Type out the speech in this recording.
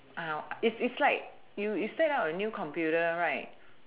is is like you you set up a new computer right